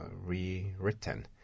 rewritten